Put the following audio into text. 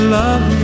love